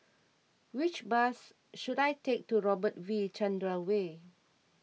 which bus should I take to Robert V Chandran Way